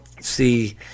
see